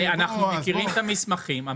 אנחנו מכירים את המסמכים.